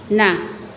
ના